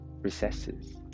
recesses